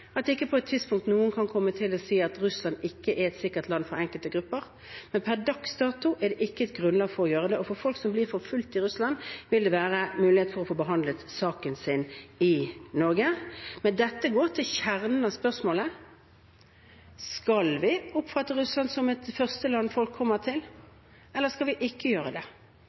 er et sikkert land for enkelte grupper, men per dags dato er det ikke et grunnlag for å gjøre det, og for folk som blir forfulgt i Russland, vil det være mulighet for å få behandlet saken sin i Norge. Men dette går til kjernen av spørsmålet: Skal vi oppfatte Russland som et førsteland folk kommer til, eller skal vi ikke gjøre det?